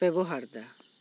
ᱵᱮᱵᱚᱦᱟᱨ ᱮᱫᱟ